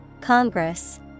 Congress